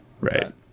Right